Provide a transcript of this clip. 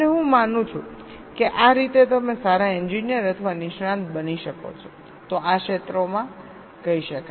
અને હું માનું છું કે આ રીતે તમે સારા એન્જિનિયર અથવા નિષ્ણાત બની શકો છો તો આ ક્ષેત્રોમાં કહી શકાય